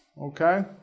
okay